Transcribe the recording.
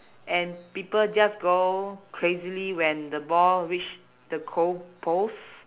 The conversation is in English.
and people just go crazily when the ball reach the goal post